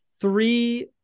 three